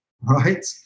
Right